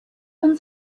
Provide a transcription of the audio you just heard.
von